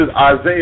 Isaiah